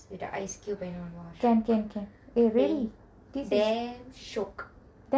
with the ice cube and all wash damn shiok